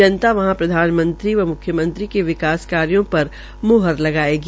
जनता वहां प्रधानमंत्री व म्ख्यमंत्री के विकास कार्यो पर मुहर लगायेगी